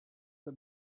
the